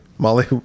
Molly